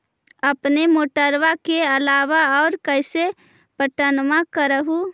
अपने मोटरबा के अलाबा और कैसे पट्टनमा कर हू?